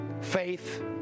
faith